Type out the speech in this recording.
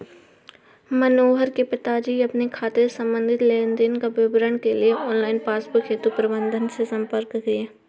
मनोहर के पिताजी अपने खाते से संबंधित लेन देन का विवरण के लिए ऑनलाइन पासबुक हेतु प्रबंधक से संपर्क किए